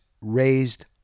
raised